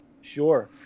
Sure